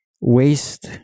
waste